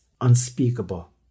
unspeakable